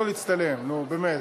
בבקשה,